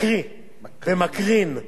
מקריא ומקרין,